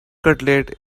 cutlet